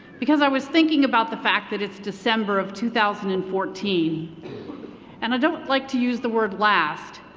because i was thinking about the fact that it's december of two thousand and fourteen and i don't like to use the word last,